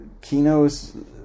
Kino's